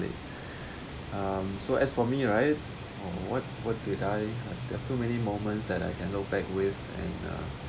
late um so as for me right what there have too many moments that I can look back with and uh